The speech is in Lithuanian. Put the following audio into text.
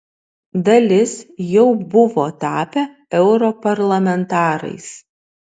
dalis jau buvo tapę europarlamentarais